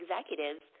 executives